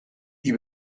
die